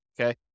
okay